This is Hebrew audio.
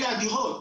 אלה הדירות,